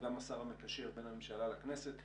הוא גם השר המקשר בין הממשלה לכנסת,